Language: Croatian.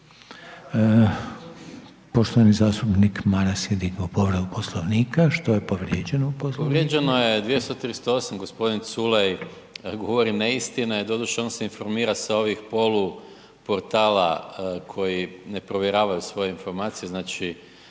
Poštovani zastupnik Maras je digao povredu Poslovnika. Što je povrijeđeno u Poslovniku?